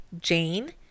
Jane